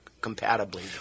compatibly